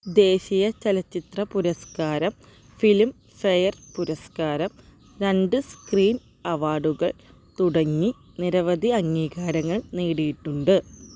ദേശീയ ചലച്ചിത്ര പുരസ്കാരം ഫിലിം ഫെയർ പുരസ്കാരം രണ്ട് സ്ക്രീൻ അവാർഡുകൾ തുടങ്ങി നിരവധി അംഗീകാരങ്ങൾ നേടിയിട്ടുണ്ട്